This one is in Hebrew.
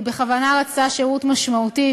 היא בכוונה רצתה שירות משמעותי,